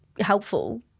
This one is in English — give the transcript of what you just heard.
helpful